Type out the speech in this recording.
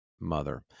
mother